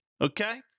Okay